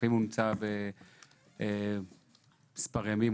לפעמים הוא נמצא מספר ימים,